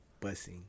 Bussing